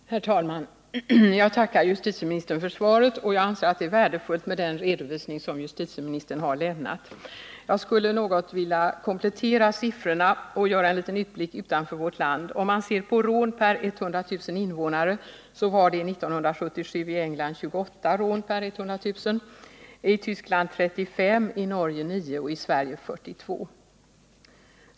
Herr talman! Jag tackar justitieministern för svaret på min interpellation. Jag anser att den redovisning som justitieministern har lämnat är värdefull. Jag skulle något vilja komplettera siffrorna och göra en liten utblick utanför vårt land. I vad gäller antalet rån per 100 000 invånare vill jag peka på att det år 1977 i England uppgick till 28,i Västtyskland 35,i Norge 9 och i Sverige 42.